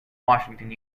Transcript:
washington